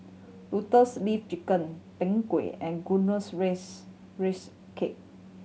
Lotus Leaf Chicken Png Kueh and glutinous raise raise cake